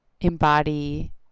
embody